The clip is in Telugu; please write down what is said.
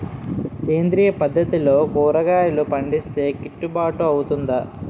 సేంద్రీయ పద్దతిలో కూరగాయలు పండిస్తే కిట్టుబాటు అవుతుందా?